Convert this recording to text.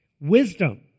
Wisdom